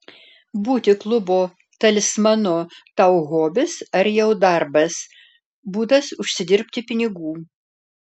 būti klubo talismanu tau hobis ar jau darbas būdas užsidirbti pinigų